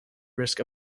risk